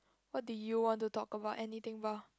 what do you want to talk about anything about